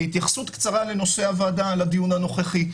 התייחסות קצרה לנושא הוועדה על הדיון הנוכחי.